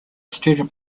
student